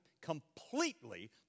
completely